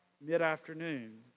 mid-afternoon